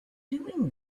doing